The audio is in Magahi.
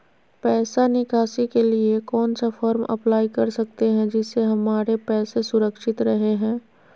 पैसा निकासी के लिए कौन सा फॉर्म अप्लाई कर सकते हैं जिससे हमारे पैसा सुरक्षित रहे हैं?